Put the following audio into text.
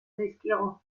zaizkigu